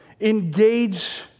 engage